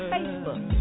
Facebook